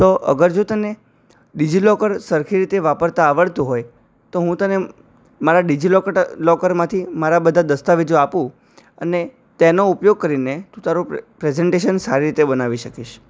તો અગર જો તને ડિજી લોકર સરખી રીતે વાપરતા આવડતું હોય તો હું તને મારા ડીજી લોકટ લોકરમાંથી મારા બધા દસ્તાવેજો આપું અને તેનો ઉપયોગ કરી ને તું તારુ પ પ્રેઝન્ટેશન સારી બનાવી બનાવી શકીશ